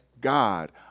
God